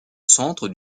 centre